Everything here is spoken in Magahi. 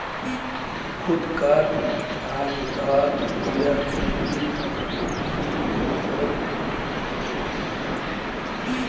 खुद कार आर उधार लियार पुंजित की फरक होचे?